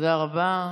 תודה רבה.